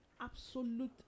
absolute